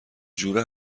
جوره